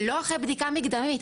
לא אחרי בדיקה מגדרית.